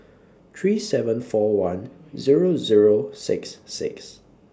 three seven four one Zero Zero six six